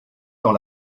dans